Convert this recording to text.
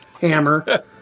hammer